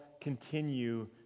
continue